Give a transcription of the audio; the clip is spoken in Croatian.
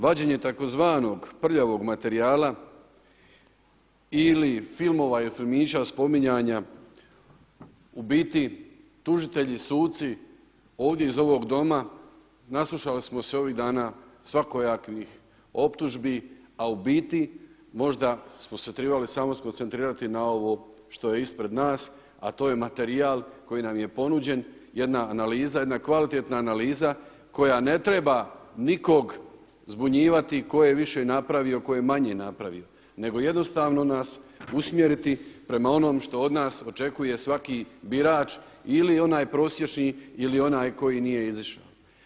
Vađenje tzv. prljavog materijala ili filmova i filmića spominjanja u biti tužitelji, suci ovdje iz ovog Doma naslušali smo se ovih dana svakojakih optužbi, a u biti možda smo se trebali samo skoncentrirati samo na ovo što je ispred nas, a to je materijal koji nam je ponuđen, jedna analiza, jedna kvalitetna analiza koja ne treba nikoga zbunjivati tko je više napravio, tko je manje napravio, nego jednostavno nas usmjeriti prema onom što od nas očekuje svaki birač ili onaj prosječni ili onaj koji nije izišao.